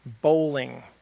bowling